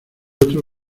otro